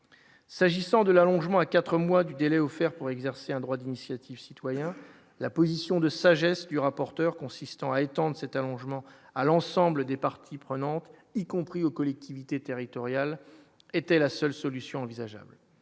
s'agissant de l'allongement à 4 mois du délai offert pour exercer un droit d'initiative citoyen la position de sagesse du rapporteur consistant à étendre cet allongement à l'ensemble des parties prenantes, y compris aux collectivités territoriales, était la seule solution envisageable